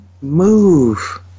Move